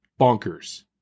bonkers